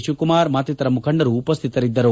ಶಿವಕುಮಾರ್ ಮತ್ತಿತರ ಮುಖಂಡರು ಉಪಸ್ಟಿತರಿದ್ದರು